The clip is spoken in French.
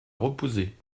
reposer